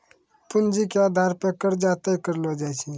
पूंजी के आधार पे कर्जा तय करलो जाय छै